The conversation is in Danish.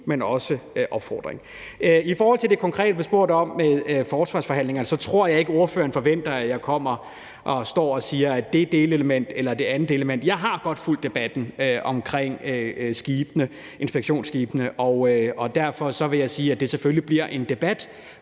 venlige opfordring til det. I forhold til det konkrete, der blev spurgt om, angående forsvarsforhandlingerne, tror jeg ikke, at ordføreren forventer, at jeg står og udpeger det ene eller det andet delelement. Jeg har godt fulgt debatten om inspektionsskibene, og derfor vil jeg sige, at det selvfølgelig bliver en debat